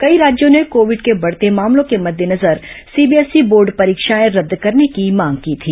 कई राज्यों ने कोविड के बढ़ते मामलों के मद्देनजर सीबीएसई बोर्ड परीक्षाएं रद्द करने की मांग की थी